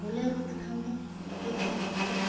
Bolero ᱛᱮᱠᱷᱟᱱ ᱫᱚ ᱟᱹᱰᱤᱜᱟᱱ ᱠᱷᱚᱨᱪᱚ